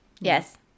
Yes